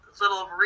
little